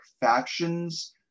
factions